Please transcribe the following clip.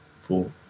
four